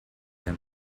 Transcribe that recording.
them